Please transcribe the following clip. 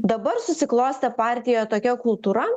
dabar susiklostė partijoje tokia kultūra